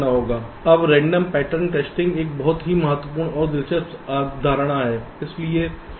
अब random pattern testing एक बहुत ही महत्वपूर्ण और दिलचस्प अवधारणा है